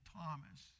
Thomas